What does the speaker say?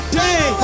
day